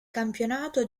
campionato